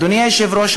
אדוני היושב-ראש,